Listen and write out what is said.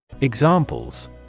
Examples